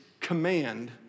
command